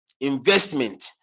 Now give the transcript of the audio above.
investment